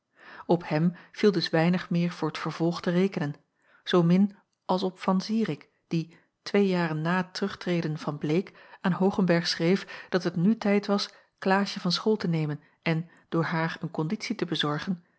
op hem viel dus weinig meer voor t vervolg te rekenen zoomin als op van zirik die twee jaren na het terugtreden van bleek aan hoogenberg schreef dat het nu tijd was klaasje van school te nemen en door haar een konditie te bezorgen